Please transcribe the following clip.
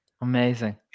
Amazing